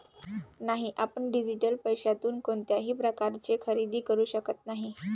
नाही, आपण डिजिटल पैशातून कोणत्याही प्रकारचे खरेदी करू शकत नाही